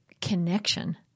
connection